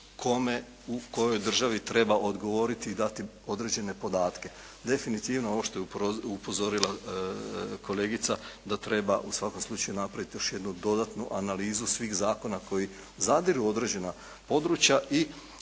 u kojoj državi treba odgovoriti i dati određene podatke. Definitivno ovo što je upozorila kolegica da treba u svakom slučaju napraviti još jednu dodatnu analizu svih zakona koji zadiru u određena područja i